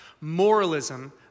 Moralism